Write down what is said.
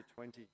20